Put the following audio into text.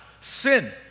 sin